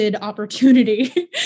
opportunity